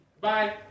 Bye